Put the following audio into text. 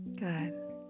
Good